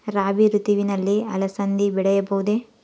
ರಾಭಿ ಋತುವಿನಲ್ಲಿ ಅಲಸಂದಿ ಬೆಳೆಯಬಹುದೆ?